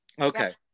okay